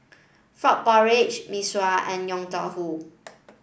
Frog Porridge Mee Sua and Yong Tau Foo